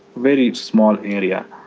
very small area,